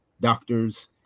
doctors